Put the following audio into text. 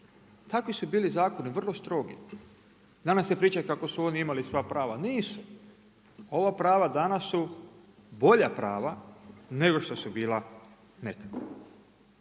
Takvi su bili zakoni, vrlo strogi. Danas se priča kako su oni imaju sva prava, nisu. Ova prava danas su bolja prava nego što su bila nekada.